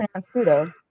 pseudo